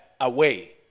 away